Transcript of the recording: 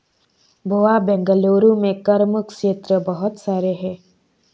भैया बेंगलुरु में कर मुक्त क्षेत्र बहुत सारे हैं